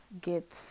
get